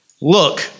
Look